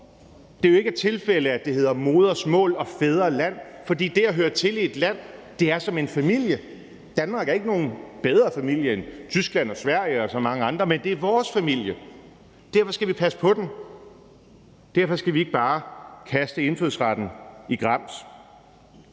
Det er jo ikke et tilfælde, at det hedder modersmål og fædreland, for det at høre til i et land er som at høre til en familie. Danmark er ikke nogen bedre familie end Tyskland og Sverige og så mange andre, men det er vores familie, derfor skal vi passe på den, derfor skal vi ikke bare kaste indfødsret i grams.